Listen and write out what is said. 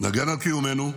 נגן על קיומנו,